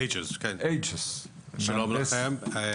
שלום לכם,